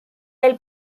del